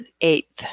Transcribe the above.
eighth